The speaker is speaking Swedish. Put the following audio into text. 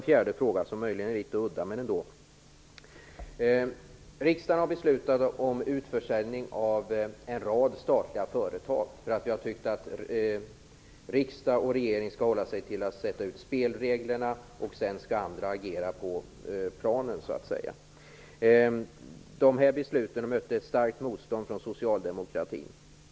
Nästa fråga är möjligen litet udda. Riksdagen har beslutat om en utförsäljning av en rad statliga företag eftersom vi tyckte att riksdag och regering skall hålla sig till att sätta upp spelreglerna. Sedan skall andra agera på planen. De här besluten mötte ett starkt motstånd från socialdemokratin.